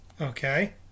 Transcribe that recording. Okay